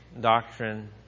doctrine